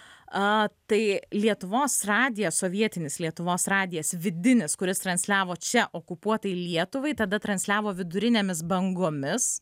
a tai lietuvos radija sovietinis lietuvos radijas vidinis kuris transliavo čia okupuotai lietuvai tada transliavo vidurinėmis bangomis